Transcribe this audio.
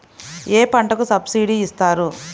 ఏ పంటకు సబ్సిడీ ఇస్తారు?